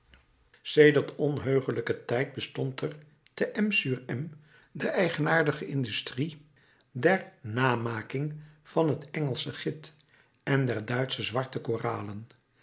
sedert onheuglijken tijd bestond te m sur m de eigenaardige industrie der namaking van het engelsch git en der duitsche zwarte koralen